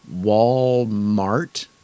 Walmart